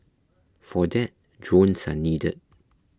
for that drones are needed